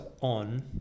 on